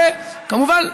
וכמובן,